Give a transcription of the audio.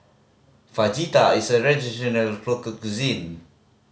Fajita is a traditional local cuisine